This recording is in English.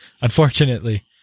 Unfortunately